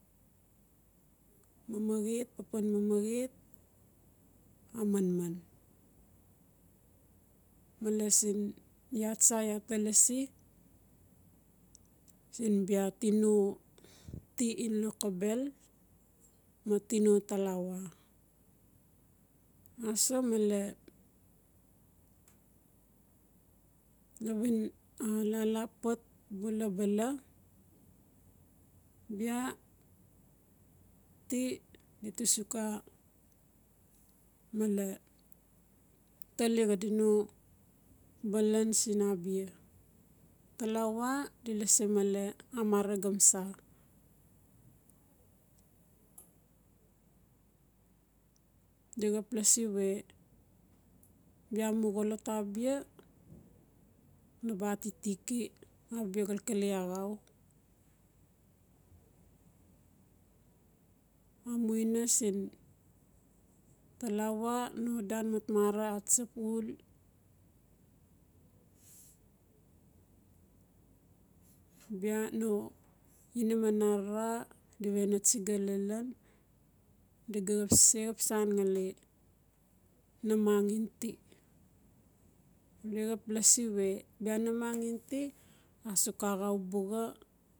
Mamaxet papan mamaxet amanman. Male siin iaa tsa iaa ta lasi siin bia tino ti in lokobel ma tino talawa aso male lala pat bula bala bia ti dita suk xa male tali xadina balan siin abia talawa di lasi male amara gomsa dixap lasi we biamu xolot abua naba atitiki abia xalkale axau amuina siin talawa no dan matmara atsap uul biano inaman arara diwena tsiga lalan digaxap sexap sanngali namang ngen ti dixap lasi we bia namang ngen ti asuk axau buxa